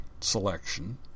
selection